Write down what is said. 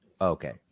Okay